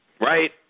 Right